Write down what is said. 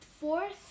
Fourth